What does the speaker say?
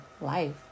life